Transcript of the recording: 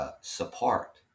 support